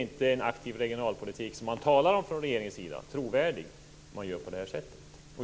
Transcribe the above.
En aktiv regionalpolitik, som man talar om från regeringens sida, blir inte trovärdig om man gör på det här sättet.